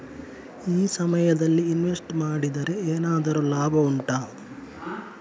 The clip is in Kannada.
ಈ ಸಮಯದಲ್ಲಿ ಇನ್ವೆಸ್ಟ್ ಮಾಡಿದರೆ ಏನಾದರೂ ಲಾಭ ಉಂಟಾ